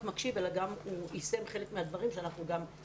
מקשיב אלא גם יישם חלק מהדברים שביקשנו.